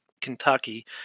Kentucky